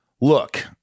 look